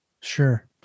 Sure